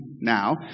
now